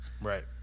Right